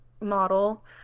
model